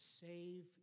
save